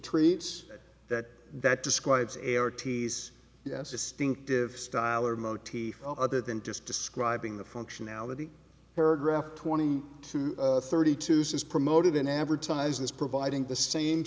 treats that that describes a or ts yes distinctive style or motif other than just describing the functionality paragraph twenty two thirty two says promoted in advertising as providing the same